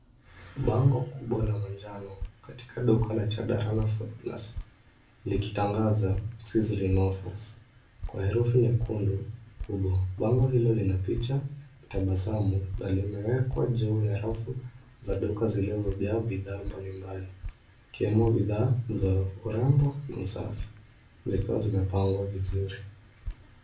Bango kubwa la manjano katika duka la Chandarana Foodplus likitangaza Sizzling offers kwa herufi nyekundu kubwa. Bango hilo lina picha, tabasamu na limewekwa juu ya rafu za duka zilizojaa bidhaa mbalimbali. Ikiwemo bidhaa za urembo na usafi zikiwa zimepangwa vizuri.